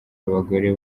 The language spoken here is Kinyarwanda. abagore